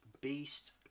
Beast